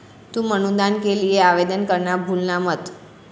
तुम अनुदान के लिए आवेदन करना भूलना मत